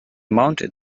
mounted